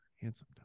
handsome